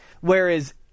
whereas